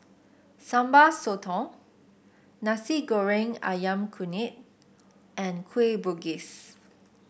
Sambal Sotong Nasi Goreng ayam Kunyit and Kueh Bugis